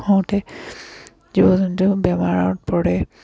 হওতে জীৱ জন্তু বেমাৰত পৰে